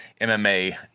MMA